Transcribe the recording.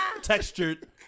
textured